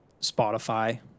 Spotify